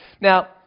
Now